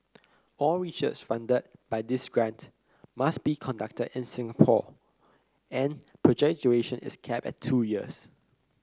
all research funded by this grant must be conducted in Singapore and project duration is capped at two years